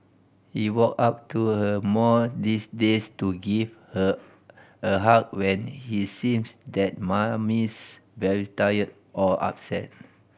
he walk up to her more these days to give her a hug when he sees that Mummy's very tired or upset